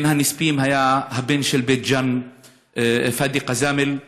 בין הנספים היה בן בית ג'ן פאדי קזאמל.